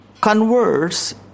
converts